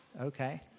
Okay